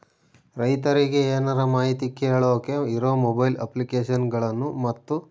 ರೈತರಿಗೆ ಏನರ ಮಾಹಿತಿ ಕೇಳೋಕೆ ಇರೋ ಮೊಬೈಲ್ ಅಪ್ಲಿಕೇಶನ್ ಗಳನ್ನು ಮತ್ತು?